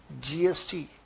GST